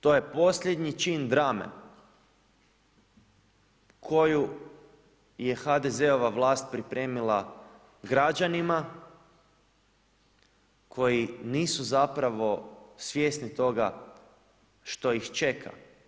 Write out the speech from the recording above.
To je posljednji čin drame, koju je HDZ-ova vlast pripremila građanima koji nisu zapravo svjesni toga što ih čeka.